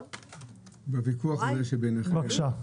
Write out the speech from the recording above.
בבקשה.